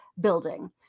building